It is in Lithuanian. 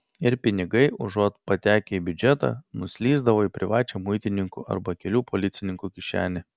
ir pinigai užuot patekę į biudžetą nuslysdavo į privačią muitininkų arba kelių policininkų kišenę